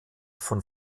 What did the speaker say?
von